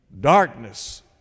darkness